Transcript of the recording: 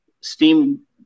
steam